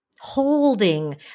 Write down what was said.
Holding